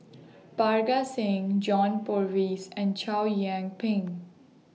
Parga Singh John Purvis and Chow Yian Ping